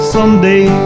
Someday